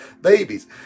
babies